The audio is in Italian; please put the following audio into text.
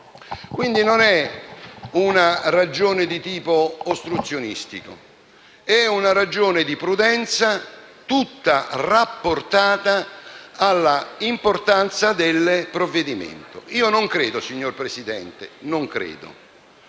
quindi, di una ragione di tipo ostruzionistico, ma di una ragione di prudenza, tutta rapportata all'importanza del provvedimento Io non credo, signor Presidente, che